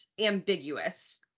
ambiguous